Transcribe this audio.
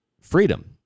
freedom